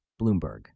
Bloomberg